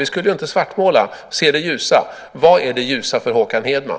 Vi skulle ju se det ljusa och inte svartmåla. Vad är det ljusa för Håkan Hedman?